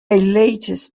latest